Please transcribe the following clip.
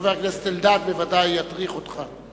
חבר הכנסת אלדד בוודאי ידריך אותך.